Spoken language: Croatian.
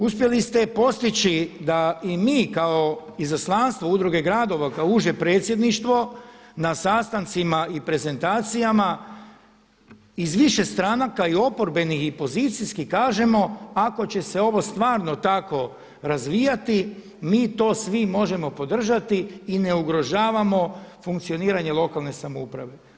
Uspjeli ste postići da i mi kao izaslanstvo udruge gradova kao uže predsjedništvo na sastancima i prezentacijama iz više stranaka i oporbenih i pozicijskih kažemo ako će se ovo stvarno tako razvijati mi to svi možemo podržati i ne ugrožavamo funkcioniranje lokalne samouprave.